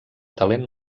talent